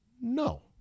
No